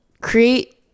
create